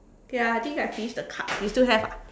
okay lah I think I finish the cards you still have ah